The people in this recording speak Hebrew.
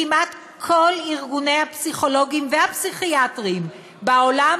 כמעט כל ארגוני הפסיכולוגים והפסיכיאטרים בעולם